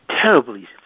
terribly